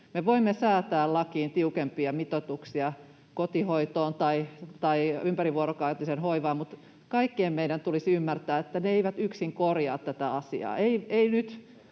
Me voimme säätää lakiin tiukempia mitoituksia kotihoitoon tai ympärivuorokautiseen hoivaan, mutta kaikkien meidän tulisi ymmärtää, että ne eivät yksin korjaa tätä asiaa.